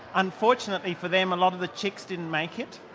unfortunately for them a lot of the chicks didn't make it.